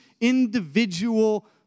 individual